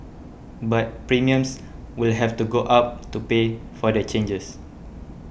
but premiums will have to go up to pay for the changes